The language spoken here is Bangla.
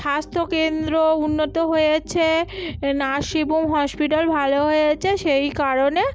স্বাস্থ্যকেন্দ্র উন্নত হয়েছে এ নার্সিংহোম হসপিটাল ভালো হয়েছে সেই কারণে